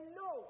no